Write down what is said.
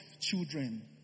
children